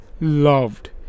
loved